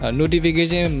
notification